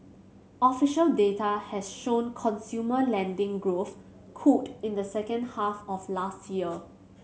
official data has shown consumer lending growth cooled in the second half of last year